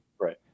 right